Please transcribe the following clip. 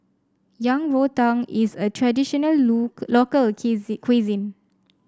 Yang Rou Tang is a traditional local cuisine